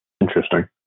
Interesting